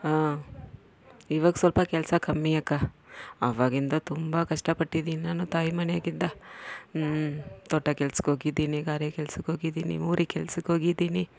ಹಾಂ ಇವಾಗ ಸ್ವಲ್ಪ ಕೆಲಸ ಕಮ್ಮಿ ಅಕ್ಕ ಆವಾಗಿಂದ ತುಂಬ ಕಷ್ಟಪಟ್ಟಿದ್ದೀನಿ ನಾನು ತಾಯಿ ಮನೆಗಿದ್ದಾಗ ಹ್ಞೂ ತೋಟದ ಕೆಲಸಕ್ಕೋಗಿದ್ದೀನಿ ಗಾರೆ ಕೆಲಸಕ್ಕೋಗಿದ್ದೀನಿ ಮೋರಿ ಕೆಲಸಕ್ಕೋಗಿದ್ದೀನಿ